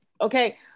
okay